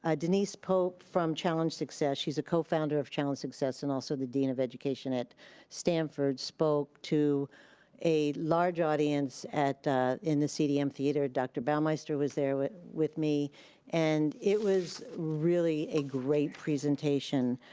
ah denise pope from challenge success, she's a co-founder of challenge success and also the dean of education at stanford, spoke to a large audience at the cdm theater. dr. bauermeister was there with with me and it was really a great presentation.